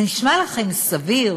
זה נשמע לכם סביר?